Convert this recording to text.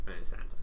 Santa